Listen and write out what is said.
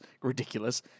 Ridiculous